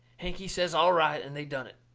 hank, he says all right, and they done it.